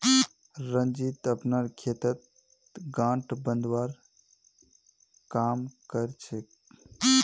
रंजीत अपनार खेतत गांठ बांधवार काम कर छेक